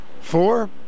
four